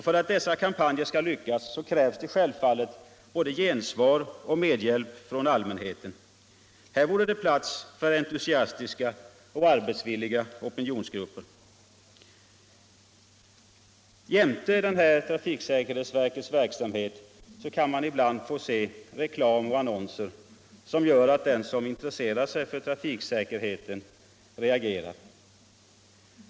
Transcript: För att dessa kampanjer skall lyckas krävs det självfallet både gensvar och medhjälp från allmänheten. Här vore det plats för entusiastiska och arbetsvilliga opinionsgrupper. Jämte denna trafiksäkerhetsverkets verksamhet kan man ibland få se reklam och annonser som gör att den som intresserar sig för trafiksäkerheten reagerar.